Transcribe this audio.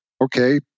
Okay